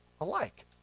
alike